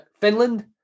Finland